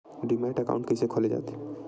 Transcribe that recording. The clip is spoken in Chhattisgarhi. डीमैट अकाउंट कइसे खोले जाथे?